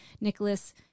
Nicholas